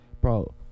bro